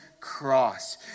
cross